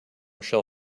shall